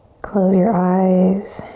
close your eyes.